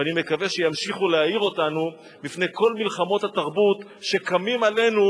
ואני מקווה שימשיכו להאיר אותנו בפני כל מלחמות התרבות שקמים עלינו,